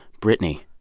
brittany,